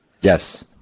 Yes